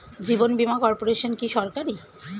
জীবন Bima corporation কি সরকারি?